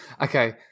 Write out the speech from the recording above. okay